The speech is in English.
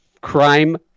crime